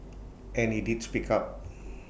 and he did speak up